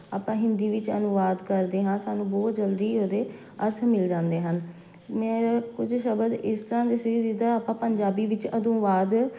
ਆਪਾਂ ਹਿੰਦੀ ਵਿੱਚ ਅਨੁਵਾਦ ਕਰਦੇ ਹਾਂ ਸਾਨੂੰ ਬਹੁਤ ਜਲਦੀ ਉਹਦੇ ਅਰਥ ਮਿਲ ਜਾਂਦੇ ਹਨ ਮੇਰੇ ਕੁਝ ਸ਼ਬਦ ਇਸ ਤਰ੍ਹਾਂ ਦੇ ਸੀ ਜਿਹਦਾ ਆਪਾਂ ਪੰਜਾਬੀ ਵਿੱਚ ਅਨੁਵਾਦ